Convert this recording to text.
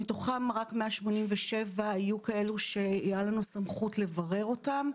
שמתוכן רק 187 היו כאלו שהייתה לנו סמכות לברר אותן.